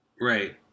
Right